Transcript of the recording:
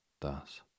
thus